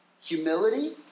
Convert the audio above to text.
humility